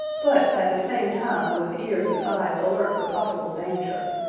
but at the same time with ears and eyes alert for possible danger,